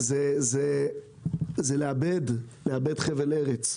זה לאבד חבל ארץ,